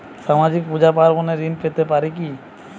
সামাজিক পূজা পার্বণে ঋণ পেতে পারে কি?